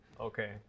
Okay